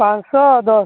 ପାଞ୍ଚଶହ ଦଶ